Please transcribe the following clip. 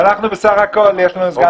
ואנחנו, בסך הכול יש לנו סגן שר אחד.